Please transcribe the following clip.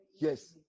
Yes